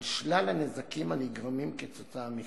על שלל הנזקים הנגרמים כתוצאה מכך.